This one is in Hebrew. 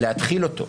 להתחיל אותו,